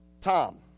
Tom